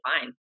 fine